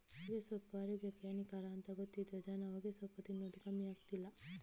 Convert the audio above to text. ಹೊಗೆಸೊಪ್ಪು ಆರೋಗ್ಯಕ್ಕೆ ಹಾನಿಕರ ಅಂತ ಗೊತ್ತಿದ್ರೂ ಜನ ಹೊಗೆಸೊಪ್ಪು ತಿನ್ನದು ಕಮ್ಮಿ ಆಗ್ಲಿಲ್ಲ